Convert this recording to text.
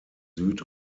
süd